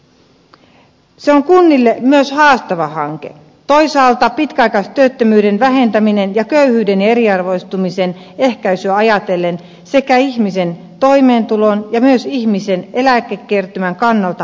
se on kunnille myös haastava hanke toisaalta pitkäaikaistyöttömyyden vähentämistä ja köyhyyden ja eriarvoistumisen ehkäisyä ajatellen sekä ihmisen toimeentulon ja myös ihmisen eläkekertymän kannalta välttämätön